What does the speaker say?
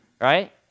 right